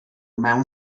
mewn